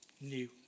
new